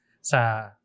sa